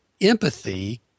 empathy